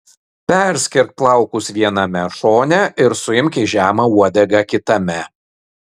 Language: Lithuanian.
perskirk plaukus viename šone ir suimk į žemą uodegą kitame